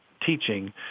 teaching